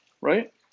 Right